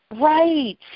Right